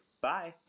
bye